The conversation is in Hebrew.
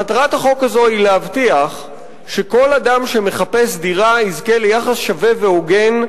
מטרת החוק הזה היא להבטיח שכל אדם שמחפש דירה יזכה ליחס שווה והוגן,